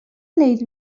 لیلی